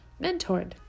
mentored